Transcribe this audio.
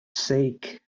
sake